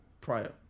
prior